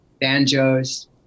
banjos